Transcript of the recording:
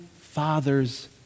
father's